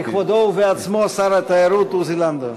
בכבודו ובעצמו, שר התיירות עוזי לנדאו.